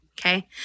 Okay